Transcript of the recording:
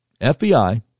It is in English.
FBI